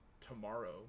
tomorrow